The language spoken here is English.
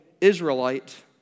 Israelite